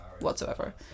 whatsoever